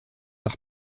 par